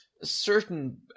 certain